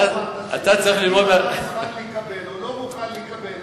אם אתה מוכן לקבל או לא מוכן לקבל,